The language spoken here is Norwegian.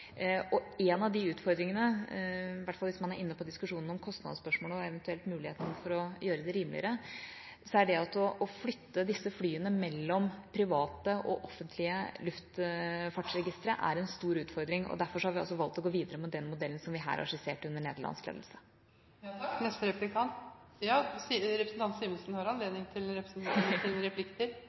En av utfordringene, i hvert fall hvis man er inne på diskusjonen om kostnadsspørsmål og eventuelt muligheten for gjøre det rimeligere, er det å flytte disse flyene mellom sivile og militære luftfartsregistre. Det er en stor utfordring. Derfor har vi altså valgt å gå videre med den modellen som vi her har skissert, under nederlandsk ledelse.